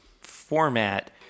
format